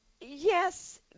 Yes